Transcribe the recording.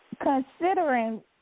considering